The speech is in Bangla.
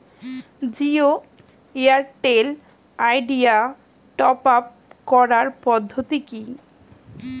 জিও এয়ারটেল আইডিয়া টপ আপ করার পদ্ধতি কি?